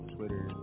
Twitter